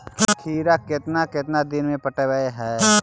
खिरा केतना केतना दिन में पटैबए है?